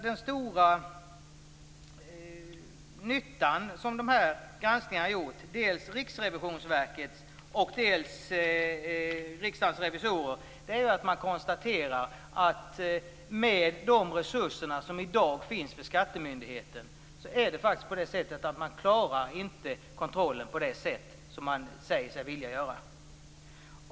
Den stora nyttan med de granskningar som gjorts - dels Riksrevisionsverkets, dels Riksdagens revisorers - är att man konstaterar att med de resurser som i dag finns för skattemyndigheten klarar man faktiskt inte kontrollen på det sätt som man säger sig vilja göra.